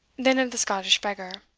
than of the scottish beggar.